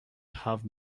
have